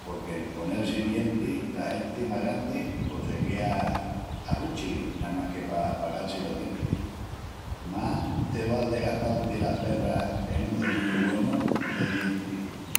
porque'l ponel-si dientis la genti más grandi pos se quea a ruchi namás que pa pagal-si los dientis. Más te val de gastal-ti las perras en un cepillu güenu de dientis.